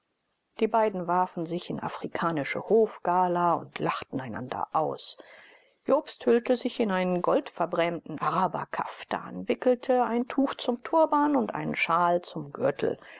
die beiden warfen sich in afrikanische hofgala und lachten einander aus jobst hüllte sich in einen goldverbrämten araberkaftan wickelte ein tuch zum turban und einen schal zum gürtel